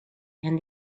and